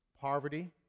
poverty